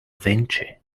vinci